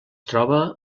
troba